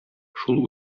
шул